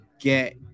get